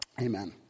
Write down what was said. Amen